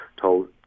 told